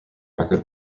record